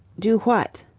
do what?